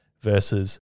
versus